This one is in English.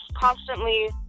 constantly